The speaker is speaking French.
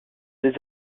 des